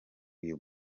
uyu